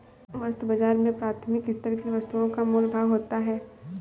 वस्तु बाजार में प्राथमिक स्तर की वस्तुओं का मोल भाव होता है